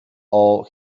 all